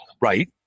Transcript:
right